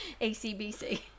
ACBC